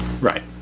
Right